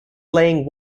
laying